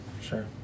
sure